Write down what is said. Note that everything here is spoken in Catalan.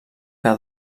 que